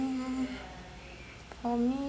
hmm for me